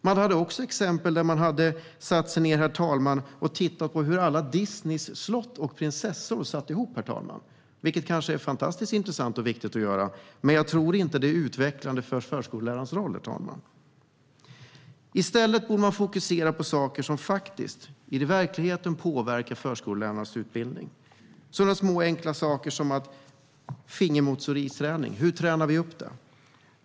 Det fanns också ett exempel där man hade satt sig och tittat på hur alla Disneys slott och prinsessor hörde ihop. Det är kanske fantastiskt intressant och viktigt att göra, men jag tror inte att det är utvecklande för förskollärarens roll. I stället borde man fokusera på saker som faktiskt, i verkligheten, påverkar förskollärarnas utbildning. Det handlar om sådana små och enkla saker som hur man tränar upp fingermotoriken.